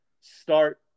start